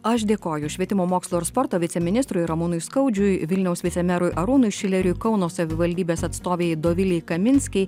aš dėkoju švietimo mokslo ir sporto viceministrui ramūnui skaudžiui vilniaus vicemerui arūnui šileriui kauno savivaldybės atstovei dovilei kaminskei